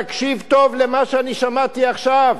תקשיב טוב למה שאני שמעתי עכשיו,